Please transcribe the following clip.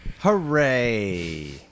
Hooray